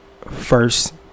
first